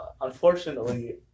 unfortunately